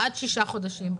עד שישה חודשים.